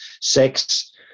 sex